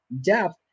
depth